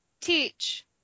teach